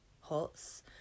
huts